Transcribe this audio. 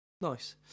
nice